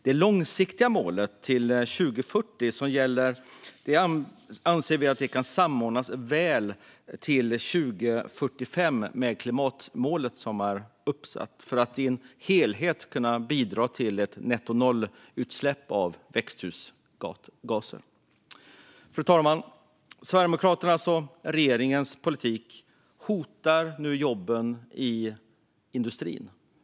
Det långsiktiga mål som gäller för 2040 anser vi kan samordnas väl med det uppsatta klimatmålet för 2045 och i sin helhet bidra till nettonollutsläpp av växthusgaser. Fru talman! Sverigedemokraternas och regeringens politik hotar nu jobben i industrin.